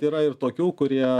yra ir tokių kurie